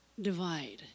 divide